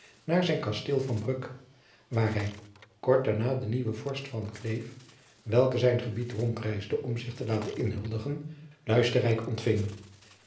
naar zijn kasteel van bruck waar hij kort daarna den nieuwen vorst van kleef welke zijn gebied rondreisde om zich te laten inhuldigen luisterrijk ontfing